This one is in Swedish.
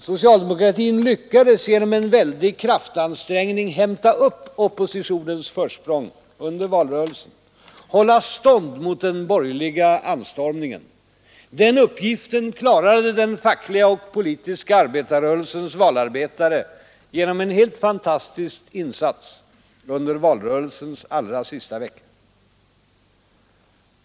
Socialdemokratin lyckades genom en väldig kraftansträngning hämta in oppositionens försprång under valrörelsen och hålla stånd mot den borgerliga anstormningen. Den uppgiften klarade den fackliga och politiska arbetarrörelsens valarbetare genom en helt fantastisk insats under valrörelsens allra sista veckor.